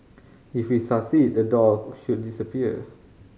if we succeed the door should disappear